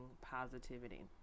positivity